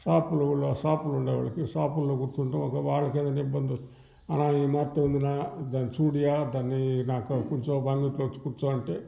షాపులు ఓలోళ్ళ షాపులుండాయి వోళ్ళకి షాపుల్లో కూర్చుంటాం వాళ్ళకేదైనా ఇబ్బందోస్తే అన్నా ఈమాత్తో ఉంది నా దీన్ని చూడుయా దాన్ని కూర్చో మా కొంచెపు అంగిట్లో వచ్చి కూర్చో అంటే